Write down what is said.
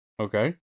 Okay